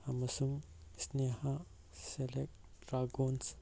ꯑꯃꯁꯨꯡ ꯁ꯭ꯅꯤꯍꯥ ꯁꯦꯂꯦꯛꯁ ꯗ꯭ꯔꯥꯒꯣꯟꯁ